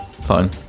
Fine